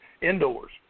indoors